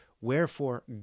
wherefore